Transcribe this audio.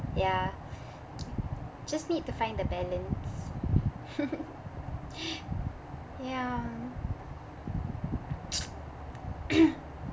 ya just need to find the balance ya